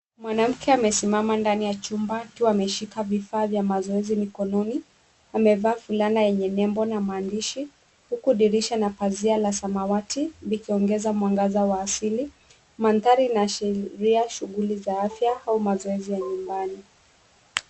Mwanamke amesimama ndani ya chumba, akiwa ameshika vifaa vya mazoezi mikononi. Amevaa fulana yenye nembo na maandishi, huku dirisha na pazia la samawati likiongeza mwangaza wa asili. Mandhari inaashiria shughuli za afya au mazoezi ya nyumbani.